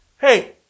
Hey